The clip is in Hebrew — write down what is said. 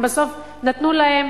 הם בסוף נתנו להם